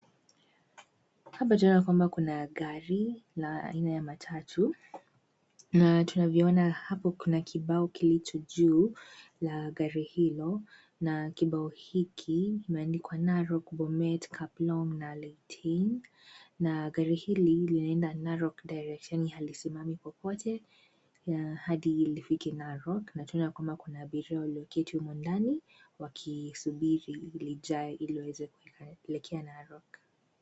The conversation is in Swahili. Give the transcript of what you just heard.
Hapa tunaona kwamba kuna gari na aina ya matatu na tunavyoona hapo kuna kibao kilicho juu ya gari hilo na kibao hiki kimeandikwa, Narok, Bomet, Kaplong na Litein na gari hili linaenda Narok direct yaani halisimami popote hadi lifike Narok na tunaona kuna abiria walioketi humu ndani, wakisubiri lijae ili waweze kuelekea Narok.